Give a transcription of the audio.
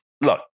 Look